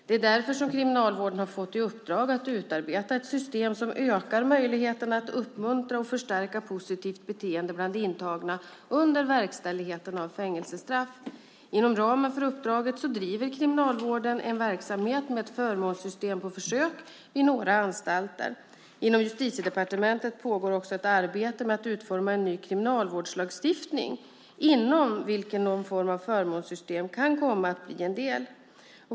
Det är därför som Kriminalvården har fått i uppdrag att utarbeta ett system som ökar möjligheterna att uppmuntra och förstärka positivt beteende bland intagna under verkställighet av fängelsestraff. Inom ramen för uppdraget driver Kriminalvården en verksamhet med ett förmånssystem på försök vid några anstalter. Inom Justitiedepartementet pågår också ett arbete med att utforma en ny kriminalvårdslagstiftning inom vilken någon form av förmånssystem kan komma att bli en del.